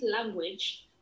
language